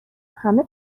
همه